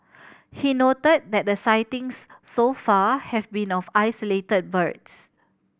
he noted that the sightings so far have been of isolated birds